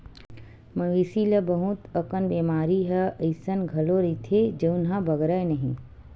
मवेशी ल बहुत अकन बेमारी ह अइसन घलो रहिथे जउन ह बगरय नहिं